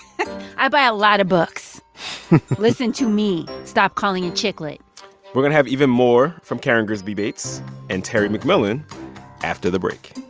i buy a lot of books listen to me. stop calling it chick lit we're going to have even more from karen grigsby bates and terry mcmillan after the break